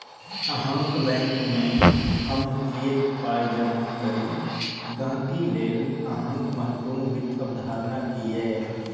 अहाँक बैंकमे हम किएक पाय जमा करी गहिंकी लेल अहाँक महत्वपूर्ण वित्त अवधारणा की यै?